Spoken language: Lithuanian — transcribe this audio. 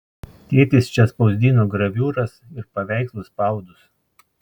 tėtis čia spausdino graviūras ir paveikslų spaudus